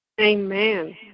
Amen